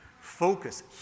focus